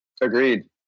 Agreed